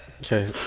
Okay